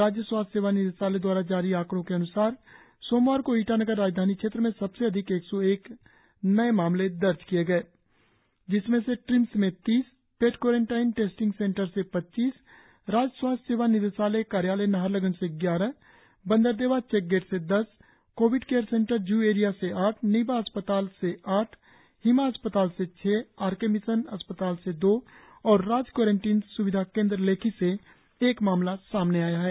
राज्य स्वास्थ्य सेवा निदेशालय द्वारा जारी आकंड़ो के अन्सार सोमवार को ईटानगर राजधानी क्षेत्र से सबसे अधिक एक सौ एक नए मामले दर्ज किए गए हैं जिसमें से ट्रिम्स से तीस पेड क्वारेंटाइन टेस्टिंग सेंटर से पच्चीस राज्य स्वास्थ्य सेवा निदेशालय कार्यालय नाहरलगुन से ग्यारह बंदरदेवा चेकगेट से दस Covid care centre zoo area से आठ निबा अस्पताल से आठ हिमा अस्पताल से छह आर के मिशन अस्पताल से दो और राज्य क्वारेंटिन स्विधा केंद्र लेखि से एक मामला सामने आया है